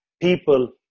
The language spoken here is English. people